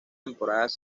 temporadas